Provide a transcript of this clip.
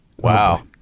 Wow